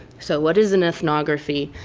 so, what is an ethnography?